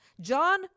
John